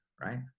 right